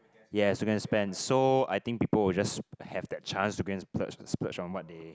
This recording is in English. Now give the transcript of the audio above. yes we gonna spend so I think people will just have that chance to go and spurge spurge on what they